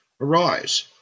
Arise